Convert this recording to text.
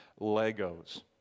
Legos